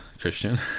christian